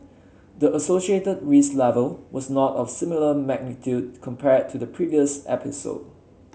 the associated risk level was not of similar magnitude compared to the previous episode